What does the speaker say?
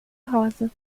rosa